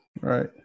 right